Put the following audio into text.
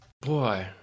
Boy